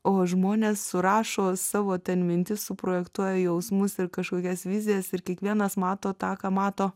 o žmonės surašo savo ten mintis suprojektuoja jausmus ir kažkokias vizijas ir kiekvienas mato ta ką mato